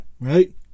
right